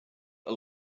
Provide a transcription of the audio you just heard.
are